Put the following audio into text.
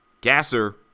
Gasser